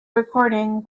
recording